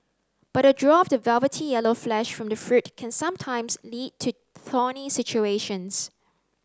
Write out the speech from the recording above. but the draw of the velvety yellow flesh from the fruit can sometimes lead to thorny situations